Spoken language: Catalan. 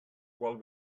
qual